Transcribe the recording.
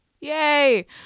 Yay